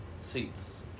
seats